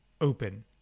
open